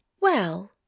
Well